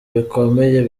bikomeye